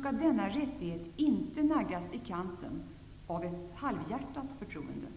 skall denna rättighet inte naggas i kanten av ett halvhjärtat förtroende.